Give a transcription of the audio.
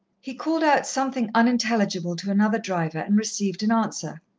he called out something unintelligible to another driver, and received an answer.